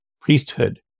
priesthood